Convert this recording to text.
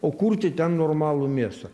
o kurti ten normalų miestą